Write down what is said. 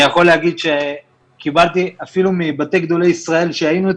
אני יכול להגיד שקיבלתי אפילו מבתי גדולי ישראל שהיינו אצלם,